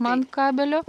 man kabelio